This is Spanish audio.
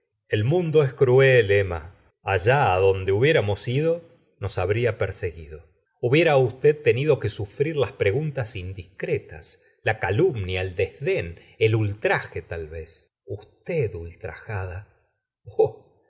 el mundo es cruel emma allá adonde hubiéramos ido nos h tbría perseguido hubiara usted te nido que sufrir los preguntas indiscretas la calumnia el desdén el ultraje tal vez usted ultrajada oh